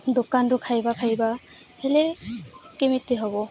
ଦୋକାନରୁ ଖାଇବା ଖାଇବା ହେଲେ କେମିତି ହେବ